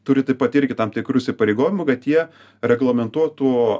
turi taip pat irgi tam tikrų įsipareigojimų kad jie reglamentuotų